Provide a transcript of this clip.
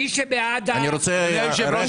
מי שבעד- -- התייעצות סיעתית.